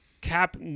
cap